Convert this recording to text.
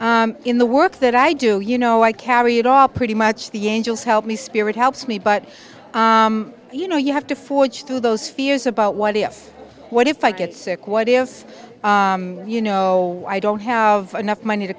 in the work that i do you know i carry it all pretty much the angels help me spirit helps me but you know you have to forge through those fears about what if what if i get sick what if you know i don't have enough money to